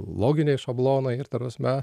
loginiai šablonai ir ta prasme